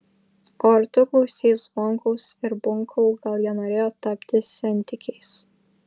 o ar tu klausei zvonkaus ir bunkau gal jie norėjo tapti sentikiais